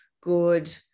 good